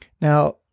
now